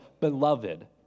Beloved